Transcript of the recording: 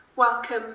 welcome